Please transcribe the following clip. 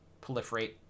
proliferate